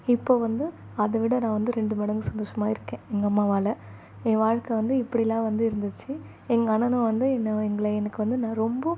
இப்போது வந்து அதைவிட நான் வந்து ரெண்டு மடங்கு சந்தோஷமாக இருக்கேன் எங்கள் அம்மாவால் என் வாழ்க்கை வந்து இப்படிலாம் வந்து இருந்துச்சு எங்கள் அண்ணனும் வந்து என்னை எங்களை எனக்கு வந்து நான் ரொம்ப